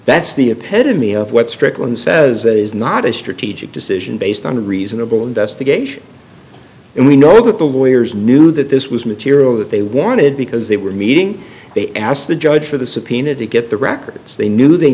that's the a pedant me of what strickland says that is not a strategic decision based on a reasonable investigation and we know that the lawyers knew that this was material that they wanted because they were meeting they asked the judge for the subpoena to get the records they knew they